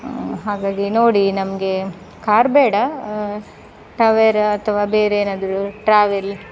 ಹಾಗಾಗಿ ನೋಡಿ ನಮಗೆ ಕಾರ್ ಬೇಡ ಟವೆರಾ ಅಥವಾ ಬೇರೆ ಏನಾದರೂ ಟ್ರಾವೆಲ್